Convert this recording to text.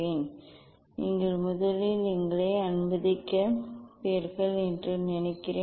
எனது மொபைலின் இந்த கேமராவை மீண்டும் பயன்படுத்துவேன் காண்பிப்பேன் நீங்கள் முதலில் எங்களை அனுமதிப்பீர்கள் என்று நினைக்கிறேன்